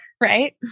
right